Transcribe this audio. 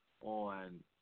on